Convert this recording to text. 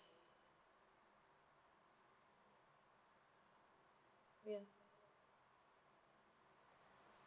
ya